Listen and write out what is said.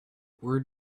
where